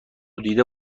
دیده